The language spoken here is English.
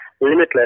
limitless